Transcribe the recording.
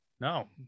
no